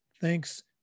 Thanks